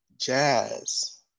jazz